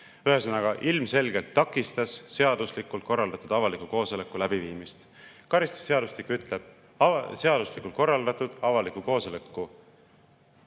Ühesõnaga, ilmselgelt ta takistas seaduslikult korraldatud avaliku koosoleku läbiviimist. Karistusseadustik ütleb, et seaduslikult korraldatud avaliku koosoleku